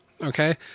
okay